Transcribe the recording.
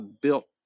built